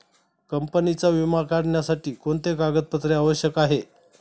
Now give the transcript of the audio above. कंपनीचा विमा काढण्यासाठी कोणते कागदपत्रे आवश्यक आहे?